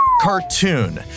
cartoon